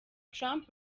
trump